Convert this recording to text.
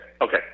okay